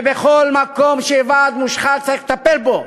ובכל מקום שהוועד מושחת צריך לטפל בו.